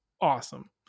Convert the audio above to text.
awesome